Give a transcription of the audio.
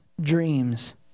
dreams